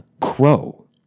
Crow